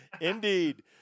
Indeed